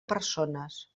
persones